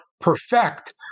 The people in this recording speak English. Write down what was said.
perfect